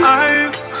eyes